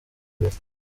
imbere